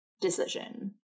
decision